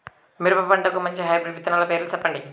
మిరప పంటకు మంచి హైబ్రిడ్ విత్తనాలు పేర్లు సెప్పండి?